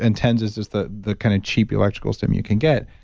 and tens is just the the kind of cheap electrical stim you can get.